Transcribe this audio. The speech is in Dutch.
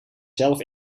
zelf